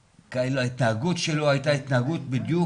וההתנהגות שלו הייתה התנהגות בדיוק